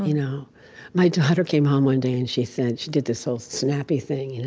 you know my daughter came home one day and she said she did this whole snappy thing. you know